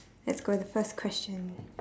let's go the first question